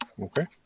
Okay